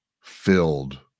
filled